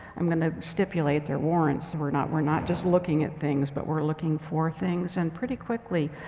i'm gonna stipulate, their warrants and were not were not just looking at things, but were looking for things. and pretty quickly,